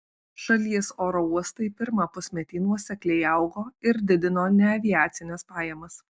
šalies oro uostai pirmą pusmetį nuosekliai augo ir didino neaviacines pajamas